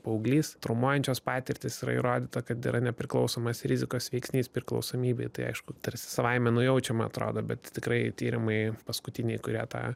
paauglys traumuojančios patirtys yra įrodyta kad yra nepriklausomas rizikos veiksnys priklausomybei tai aišku tarsi savaime nujaučiama atrado bet tikrai tyrimai paskutiniai kurie tą